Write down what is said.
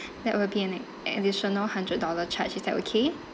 that will be an a~ additional hundred dollar charge is that okay